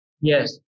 Yes